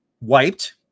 wiped